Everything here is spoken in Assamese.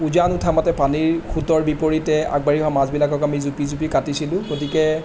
উজান উঠা মতে পানীৰ সুতৰ বিপৰীতে আগবাঢ়ি অহা মাছবিলাকক আমি জুপি জুপি কাটিছিলোঁ গতিকে